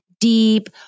deep